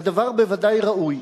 והדבר בוודאי ראוי.